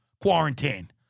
quarantine